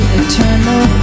eternal